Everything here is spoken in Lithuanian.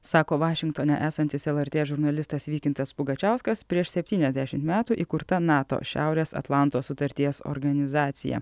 sako vašingtone esantis lrt žurnalistas vykintas pugačiauskas prieš septyniasdešimt metų įkurta nato šiaurės atlanto sutarties organizacija